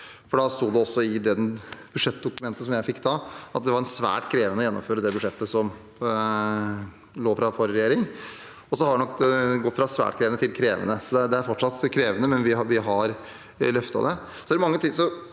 Erna Solberg. I det budsjettdokumentet jeg fikk da, sto det at det var svært krevende å gjennomføre det budsjettet som lå fra forrige regjering. Så har det nok gått fra svært krevende til krevende. Det er fortsatt krevende, men vi har løftet det.